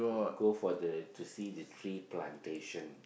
go for the to see the tree plantation